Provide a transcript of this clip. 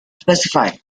specified